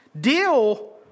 Deal